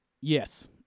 Yes